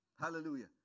Hallelujah